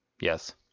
Yes